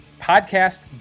podcast